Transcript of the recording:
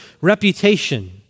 reputation